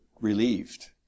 relieved